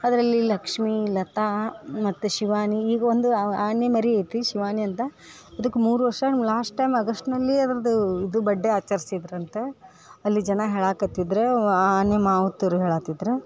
ಅದರಲ್ಲಿ ಲಕ್ಷ್ಮೀ ಲತಾ ಮತ್ತು ಶಿವಾನಿ ಈಗ ಒಂದು ಆನೆಮರಿ ಐತಿ ಶಿವಾನಿಯಂತ ಅದ್ಕೆ ಮೂರು ವರ್ಷ ಲಾಶ್ಟ್ ಟೈಮ್ ಆಗಶ್ಟ್ನಲ್ಲಿ ಅದ್ರದ್ದು ಇದು ಬಡ್ಡೆ ಆಚರ್ಸಿದ್ರು ಅಂತ ಅಲ್ಲಿಯ ಜನ ಹೇಳಕ್ಕತ್ತಿದ್ರು ಆ ಆನೆ ಮಾವುತ್ರು ಹೇಳತಿದ್ರು